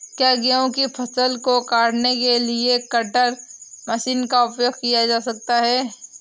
क्या गेहूँ की फसल को काटने के लिए कटर मशीन का उपयोग किया जा सकता है?